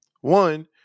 One